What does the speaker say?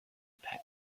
past